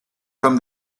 from